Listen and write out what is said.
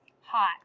hot